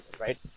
right